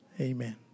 Amen